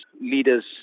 Leaders